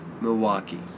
Milwaukee